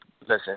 Listen